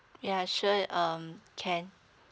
yeah sure um can